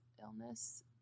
illness